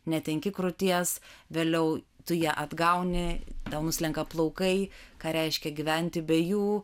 netenki krūties vėliau tu ją atgauni tau nuslenka plaukai ką reiškia gyventi be jų